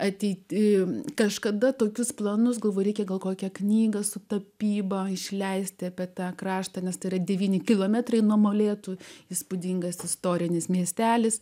ateityje kažkada tokius planus galvoju reikia gal kokią knygą su tapyba išleisti apie tą kraštą nes tai yra devyni kilometrai nuo molėtų įspūdingas istorinis miestelis